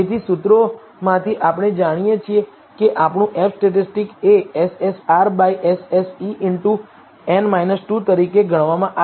તેથી સૂત્રોમાંથી આપણે જાણીએ છીએ કે આપણું F સ્ટેટિસ્ટિક એ SSR by SSE into into n 2 તરીકે ગણવામાં આવે છે